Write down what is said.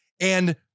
And-